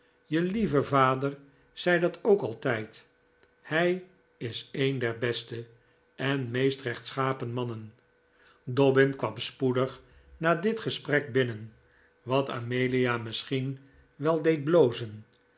je lieve vader zei dat ook altijd hij is een der beste en meest rechtschapen mannen dobbin kwam spoedig na dit gesprek binnen wat amelia misschien wel deed blozen